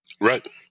Right